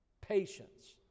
Patience